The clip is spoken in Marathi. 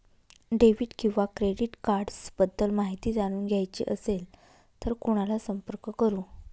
डेबिट किंवा क्रेडिट कार्ड्स बद्दल माहिती जाणून घ्यायची असेल तर कोणाला संपर्क करु?